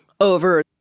over